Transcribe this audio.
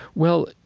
well,